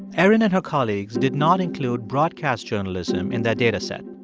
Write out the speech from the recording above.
erin and her colleagues did not include broadcast journalism in their data set.